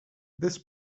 this